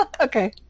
Okay